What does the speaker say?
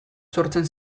sortzen